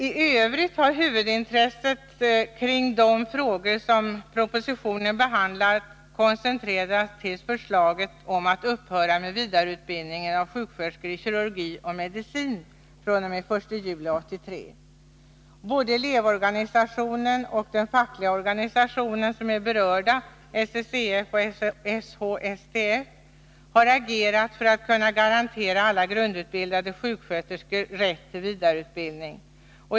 I övrigt har huvudintresset kring de frågor som denna proposition behandlar koncentrerats till förslaget om att upphöra med vidareutbildningen av sjuksköterskor i kirurgi och medicin fr.o.m. den 1 juli 1983. Den berörda elevorganisationen och den fackliga organisationen, SSEF och SHSTF, har agerat för att kunna garantera alla grundutbildade sjuksköterskor rätt till vidareutbildning.